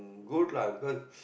good lah because